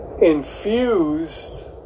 infused